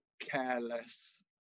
careless